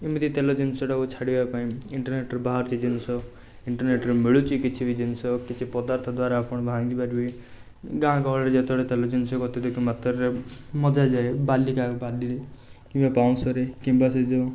ଏମିତି ତେଲ ଜିନିଷଟାକୁ ଛାଡ଼ିବାପାଇଁ ଇଣ୍ଟରନେଟ୍ରୁ ବାହାରୁଛି ଜିନିଷ ଇଣ୍ଟରନେଟ୍ରୁ ମିଳୁଛି କିଛି ବି ଜିନିଷ କିଛି ପଦାର୍ଥ ଦ୍ଵାରା ଆପଣ ଭାଙ୍ଗିପାରିବେ ଗାଁ ଗହଳିରେ ଯେତେବେଳେ ତେଲ ଜିନିଷକୁ ଅତ୍ୟଧିକ ମାତ୍ରାରେ ମଜାଯାଏ ବାଲିକା ବାଲି କିମ୍ବା ପାଉଁଶରେ କିମ୍ବା ସେ ଯେଉଁ